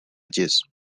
edges